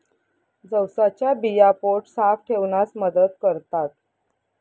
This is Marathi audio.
जवसाच्या बिया पोट साफ ठेवण्यास मदत करतात